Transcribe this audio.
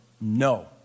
no